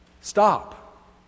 stop